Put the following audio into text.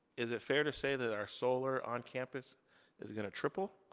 is it fair to say that our solar on campus is gonna triple?